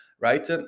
right